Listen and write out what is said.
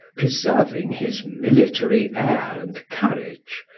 preserving his military air and carriage,